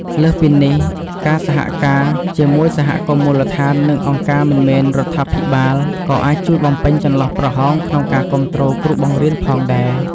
លើសពីនេះ ការសហការជាមួយសហគមន៍មូលដ្ឋាន និងអង្គការមិនមែនរដ្ឋាភិបាល ក៏អាចជួយបំពេញចន្លោះប្រហោងក្នុងការគាំទ្រគ្រូបង្រៀនផងដែរ។